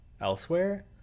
elsewhere